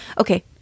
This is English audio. Okay